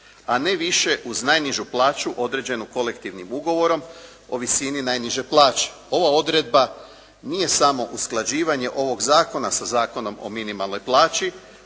a ne više uz najnižu plaću određenu kolektivnim ugovorom o visini najniže plaće. Ova odredba nije samo usklađivanje ovog zakona sa Zakonom o minimalnoj plaći